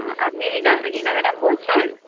আপনি রিনা রিনা ম্যাডাম বলছেন